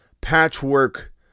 patchwork